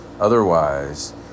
Otherwise